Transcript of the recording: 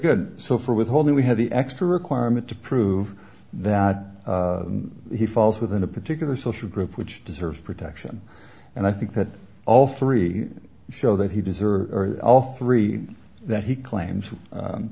good so for withholding we have the extra requirement to prove that he falls within a particular social group which deserves protection and i think that all three show that he does are all three that he claims